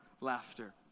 laughter